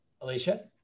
Alicia